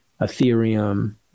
Ethereum